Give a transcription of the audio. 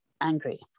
angry